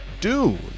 Dune